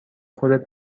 خودت